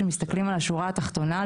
כשמסתכלים על השורה התחתונה,